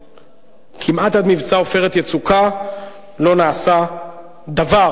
וכמעט עד מבצע "עופרת יצוקה" לא נעשה דבר.